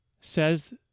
says